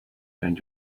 and